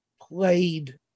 played